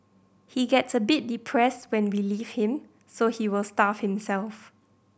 he gets a bit depressed when we leave him so he will starve himself